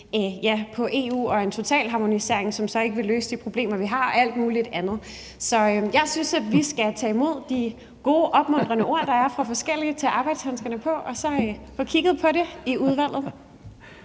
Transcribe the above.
på EU og en totalharmonisering, som så ikke vil løse de problemer, vi har, og alt muligt andet. Så jeg synes, at vi skal tage imod de gode, opmuntrende ord, der er fra de forskellige, tage arbejdshandskerne på og så få kigget på det i udvalget.